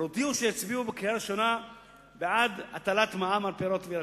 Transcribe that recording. כבר הודיעו שיצביעו בקריאה ראשונה בעד הטלת מע"מ על פירות וירקות.